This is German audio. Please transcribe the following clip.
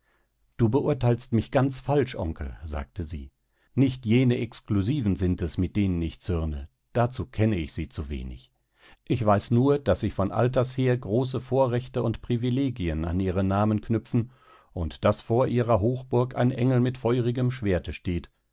du beurteilst mich ganz falsch onkel sagte sie nicht jene exklusiven sind es mit denen ich zürne dazu kenne ich sie zu wenig ich weiß nur daß sich von alters her große vorrechte und privilegien an ihre namen knüpfen und daß vor ihrer hochburg ein engel mit feurigem schwerte steht